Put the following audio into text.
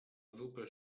zupę